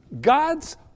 God's